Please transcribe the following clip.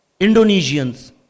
indonesians